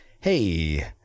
hey